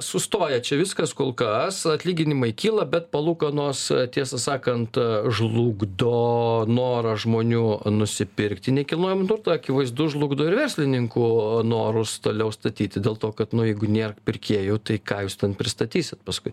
sustoja čia viskas kol kas atlyginimai kyla bet palūkanos tiesą sakant žlugdo norą žmonių nusipirkti nekilnojamą turtą akivaizdu žlugdo ir verslininkų norus toliau statyti dėl to kad nu jeigu nėr pirkėjų tai ką jūs ten pristatysit paskui